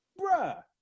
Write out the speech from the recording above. bruh